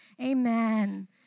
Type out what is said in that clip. Amen